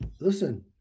listen